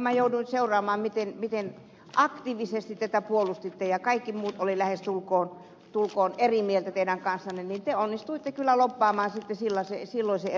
toimittajana jouduin seuraamaan miten aktiivisesti tätä puolustitte ja kaikki muut olivat lähestulkoon eri mieltä teidän kanssanne mutta te onnistuitte kyllä lobbaamaan silloisen